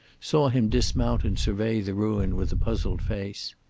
saw him dismount and survey the ruin with a puzzled face.